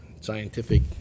scientific